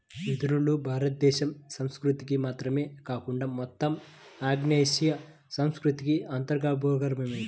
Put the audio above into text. వెదురులు భారతదేశ సంస్కృతికి మాత్రమే కాకుండా మొత్తం ఆగ్నేయాసియా సంస్కృతికి అంతర్భాగమైనవి